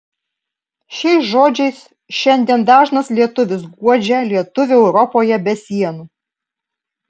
šiais žodžiais šiandien dažnas lietuvis guodžia lietuvį europoje be sienų